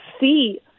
see